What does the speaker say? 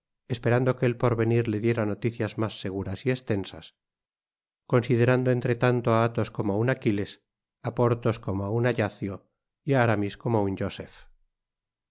esperando que el porvenir le diera noticias mas seguras y estensas considerando entre tanto á athos como un aquiles á porthos como un ajaccio y á aramis como un josef